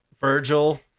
Virgil